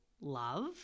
love